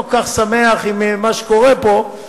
אני לא כל כך שמח ממה שקורה פה,